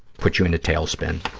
put you in a tailspin.